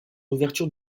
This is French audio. ouverture